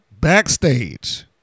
backstage